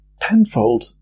Tenfold